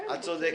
צודקת.